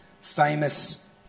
famous